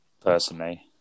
personally